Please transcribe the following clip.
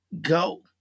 go